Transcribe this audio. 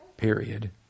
Period